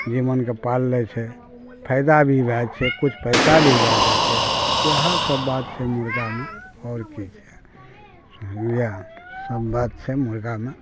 जीवन के पालै छै फायदा भी भए जाइ छै कुछ पैसा भी भए जाइ छै इएह सब बात छै मुर्गा मे और की छै जानलियै सब बात छै मुर्गा मे